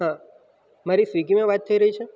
હા મારી સ્વિગીમાં વાત થઈ રહી છે